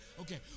Okay